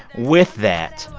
with that,